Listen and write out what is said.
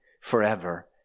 forever